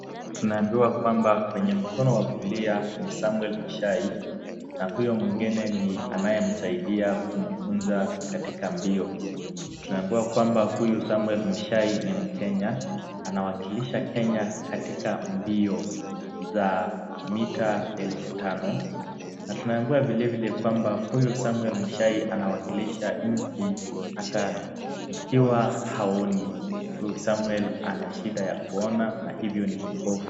Tunaambiwa kwamba kwenye mkono wa kulia ni Samuel Mushahi na uyo mwingine ni anayemsaidia kumfunza katika mbio. Tunaambiwa kwamba huyu Samuel Mushahi ni mkenya na anawakilisha Kenya katika mbio za mita elfu tano. Tunaambiwa vilevile kwamba huyu Samuel Mushahi haoni ana shida ya kuona hivyo ni kipofu.